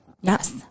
Yes